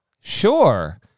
Sure